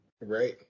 Right